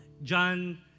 John